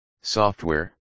software